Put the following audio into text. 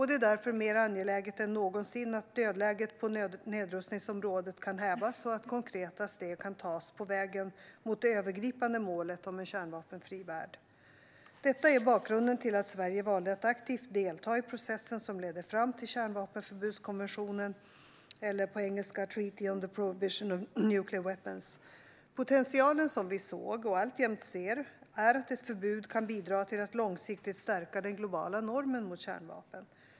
Det är därför mer angeläget än någonsin att dödläget på nedrustningsområdet kan hävas och att konkreta steg kan tas på vägen mot det övergripande målet om en kärnvapenfri värld. Detta är bakgrunden till att Sverige valde att aktivt delta i processen som ledde fram till kärnvapenförbudskonventionen - eller, på engelska, Treaty on the Prohibition of Nuclear Weapons. Potentialen som vi såg, och alltjämt ser, är att ett förbud kan bidra till att långsiktigt stärka den globala normen mot kärnvapen.